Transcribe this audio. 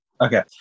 Okay